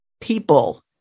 people